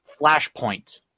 Flashpoint